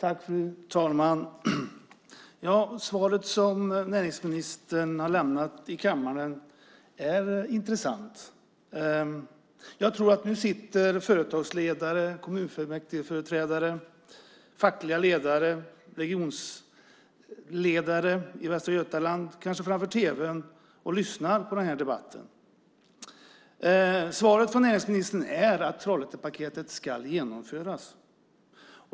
Fru talman! Det svar som näringsministern har lämnat i kammaren är intressant. Jag tror att företagsledare, kommunfullmäktigeföreträdare, fackliga ledare och regionledare i Västra Götaland nu sitter framför tv:n och lyssnar på den här debatten. Svaret från näringsministern är att Trollhättepaketet ska genomföras.